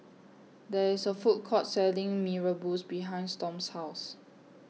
There IS A Food Court Selling Mee Rebus behind Storm's House